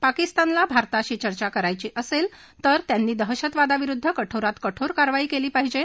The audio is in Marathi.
पाकिस्तानला भारताशी चर्चा करायची असेल तर त्यांनी दहशतवादाविरुद्ध कठोरात कठोर कारवाई केली पाहिजे